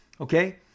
Okay